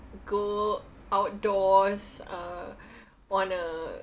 go outdoors uh on a